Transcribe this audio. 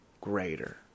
greater